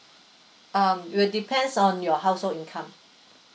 um it will depends on your household income